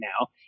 now